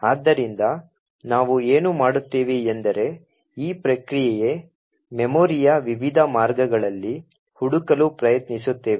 ಆದ್ದರಿಂದ ನಾವು ಏನು ಮಾಡುತ್ತೇವೆ ಎಂದರೆ ಈ ಪ್ರಕ್ರಿಯೆ ಮೆಮೊರಿಯ ವಿವಿಧ ಮಾರ್ಗಗಳಲ್ಲಿ ಹುಡುಕಲು ಪ್ರಯತ್ನಿಸುತ್ತೇವೆ